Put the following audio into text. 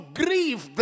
grieve